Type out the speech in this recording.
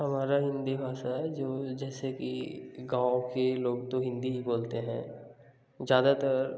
हमारा हिंदी भाषा है जो जैसे कि गाँव के लोग तो हिंदी ही बोलते हैं ज्यादातर